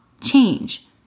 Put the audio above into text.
change